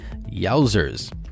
Yowzers